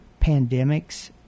pandemics